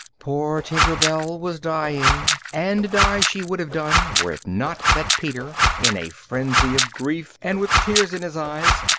poor tinker bell was dying, and die she would have done were it not that peter, in a frenzy of grief and with tears in his eyes,